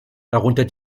darunter